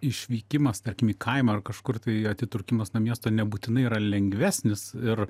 išvykimas tarkim į kaimą ar kažkur tai atitrūkimas nuo miesto nebūtinai yra lengvesnis ir